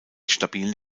stabilen